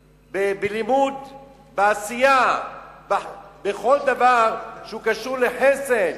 בלימוד, בעשייה, בכל דבר שקשור לחסד.